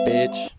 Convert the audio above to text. Bitch